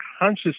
conscious